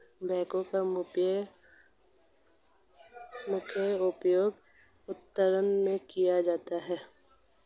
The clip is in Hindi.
बैकहो का मुख्य उपयोग उत्खनन में किया जाता है